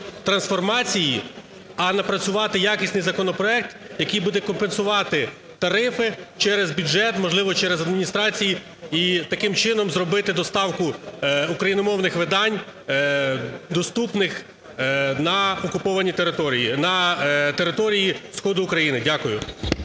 а напрацювати якісний законопроект, який буде компенсувати тарифи через бюджет, можливо, через адміністрації, і таким чином зробити доставку україномовних видань доступних на окупованій території, на території сходу України. Дякую.